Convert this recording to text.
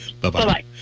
Bye-bye